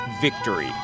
victory